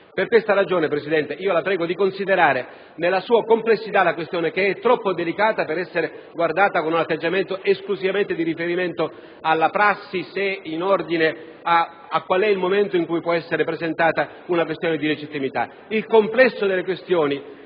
Per questa ragione, Presidente, la prego di considerare nella sua complessità la questione, che è troppo delicata per essere guardata con un atteggiamento esclusivamente di riferimento alla prassi in ordine a qual è il momento in cui può essere presentata una questione di legittimità. Il complesso delle questioni